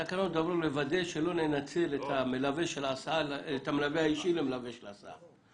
התקנות הן על מנת לוודא שלא ננצל את המלווה האישי למלווה של ההסעה.